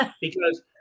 because-